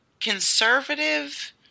conservative